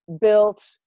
built